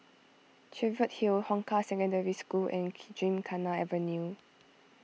Cheviot Hill Hong Kah Secondary School and Gymkhana Avenue